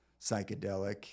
psychedelic